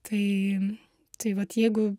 tai tai vat jeigu